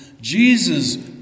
Jesus